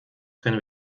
können